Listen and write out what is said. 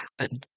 happen